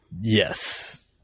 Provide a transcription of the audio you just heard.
Yes